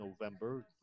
November